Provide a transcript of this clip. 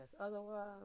otherwise